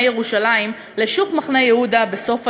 ירושלים לשוק מחנה-יהודה בסוף היום,